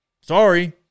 sorry